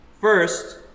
first